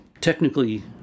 technically